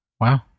Wow